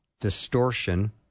distortion